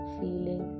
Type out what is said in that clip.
feeling